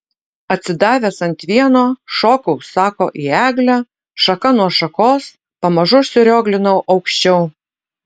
atsidavęs ant vieno šokau sako į eglę šaka nuo šakos pamažu užsirioglinau aukščiau